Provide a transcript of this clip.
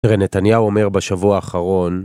נתניהו אומר בשבוע האחרון